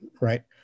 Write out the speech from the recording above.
right